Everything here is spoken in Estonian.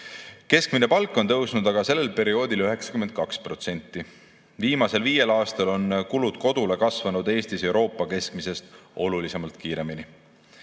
Keskmine palk aga on tõusnud sellel perioodil 92%. Viimasel viiel aastal on kulud kodule kasvanud Eestis Euroopa keskmisest olulisemalt kiiremini.